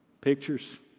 Pictures